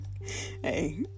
Hey